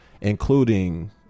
including